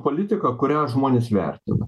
politika kurią žmonės vertina